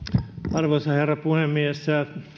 arvoisa herra puhemies